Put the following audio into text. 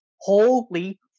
holy